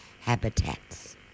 habitats